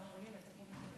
תודה לך, גברתי